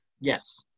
Yes